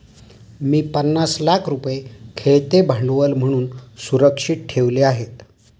मी पन्नास लाख रुपये खेळते भांडवल म्हणून सुरक्षित ठेवले आहेत